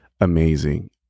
amazing